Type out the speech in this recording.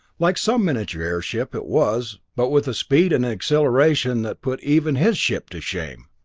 like some miniature airship it was, but with a speed and an acceleration that put even his ship to shame!